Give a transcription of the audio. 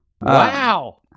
Wow